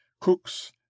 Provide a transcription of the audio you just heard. cooks